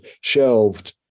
shelved